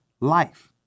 life